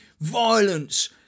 violence